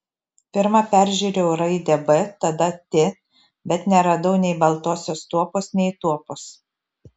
pirma peržiūrėjau raidę b tada t bet neradau nei baltosios tuopos nei tuopos